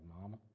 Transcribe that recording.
Mama